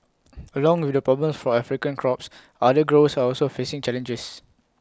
along with the problems for African crops other growers are also facing challenges